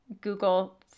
Google